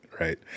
Right